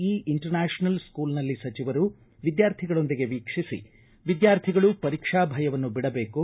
E international ಸ್ಕೂಲ್ನಲ್ಲಿ ಸಚವರು ವಿದ್ಯಾರ್ಥಿಗಳೊಂದಿಗೆ ವೀಕ್ಷಿಸಿ ವಿದ್ಯಾರ್ಥಿಗಳು ಪರೀಕ್ಷಾ ಭಯವನ್ನು ಬಿಡಬೇಕು